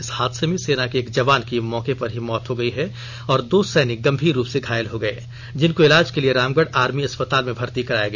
इस हादसे में सेना के एक जवान की मौके पर मौत ही गई और दो सैनिक गंभीर रूप से घायल हो गए जिनको इलाज के लिए रामगढ़ आर्मी अस्पताल में भर्ती कराया गया